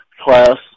class